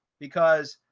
because,